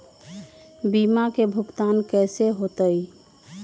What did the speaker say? बीमा के भुगतान कैसे होतइ?